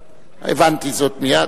הבנתי זאת מייד.